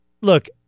look